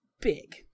big